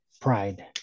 Pride